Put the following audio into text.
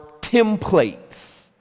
templates